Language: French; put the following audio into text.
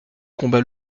combat